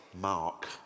mark